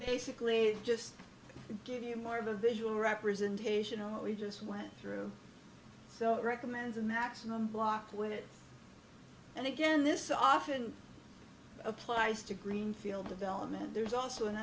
basically just give you more of a visual representation of what we just went through recommends a maximum block when it and again this often applies to greenfield development there's also an